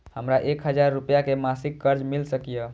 हमरा एक हजार रुपया के मासिक कर्ज मिल सकिय?